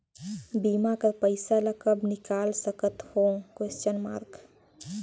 बीमा कर पइसा ला कब निकाल सकत हो?